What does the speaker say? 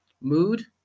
mood